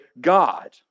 God